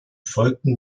folgten